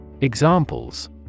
Examples